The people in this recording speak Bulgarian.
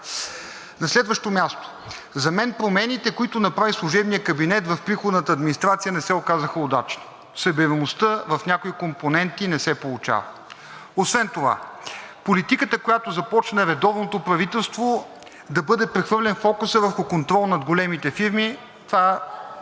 На следващо място, за мен промените, които направи служебният кабинет в приходната администрация, не се оказаха удачни. Събираемостта в някои компоненти не се получава. Освен това политиката, която започна редовното правителство, да бъде прехвърлен фокусът върху контрол над големите фирми, това,